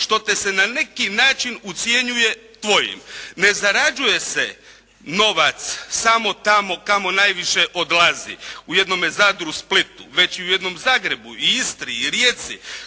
što te se na neki način ucjenjuje tvojim. Ne zarađuje se novac samo tamo kamo najviše odlazi, u jednome Zadru, Splitu već i u jednom Zagrebu i Istri i Rijeci